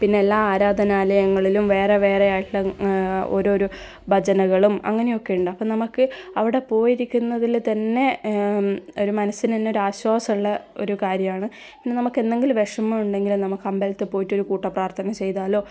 പിന്നെ എല്ലാ ആരാധനാലയങ്ങളിലും വേറെ വേറെയായിട്ടുള്ള ഒരോരോ ഭജനകളും അങ്ങനെയൊക്കെയുണ്ട് അപ്പോൾ നമുക്ക് അവിടെ പോയിരിക്കുന്നതിൽ തന്നെ മനസ്സിനൊരു ആശ്വസവൊള്ള ഒരു കാര്യമാണ് പിന്നെ നമുക്ക് എന്തെങ്കിലും വിഷമമുണ്ടെങ്കിൽ നമുക്ക് അമ്പലത്തിൽ പോയിട്ട് ഒരു കൂട്ടപ്രാർഥന ചെയ്താലോ